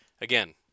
again